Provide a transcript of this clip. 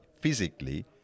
physically